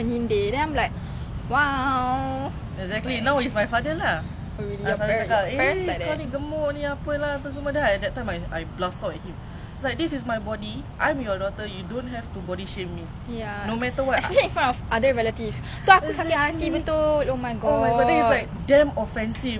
especially in front of other relatives tu aku sakit hati betul oh my god correct not even secretly that is oh my god ya